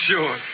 Sure